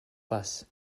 bus